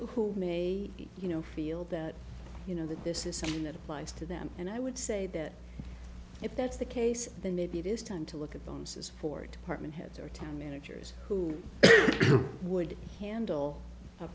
who may you know feel that you know that this is something that applies to them and i would say that if that's the case then maybe it is time to look at them says for department heads or town managers who would handle a